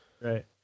right